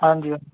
ਹਾਂਜੀ ਹਾਂਜੀ